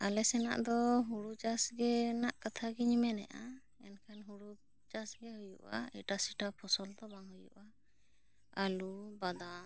ᱟᱞᱮᱥᱮᱱᱟᱜ ᱫᱚ ᱦᱳᱲᱳ ᱪᱟᱥ ᱨᱮᱱᱟᱜ ᱠᱟᱛᱷᱟ ᱜᱤᱧ ᱢᱮᱱᱮᱜᱼᱟ ᱢᱮᱱᱠᱟᱷᱟᱱ ᱦᱳᱲᱳ ᱪᱟᱥ ᱜᱮ ᱦᱩᱭᱩᱜᱼᱟ ᱮᱴᱟ ᱥᱮᱴᱟ ᱯᱷᱚᱥᱚᱞ ᱫᱚ ᱵᱟᱝ ᱦᱩᱭᱩᱜᱼᱟ ᱟᱞᱩ ᱵᱟᱫᱟᱢ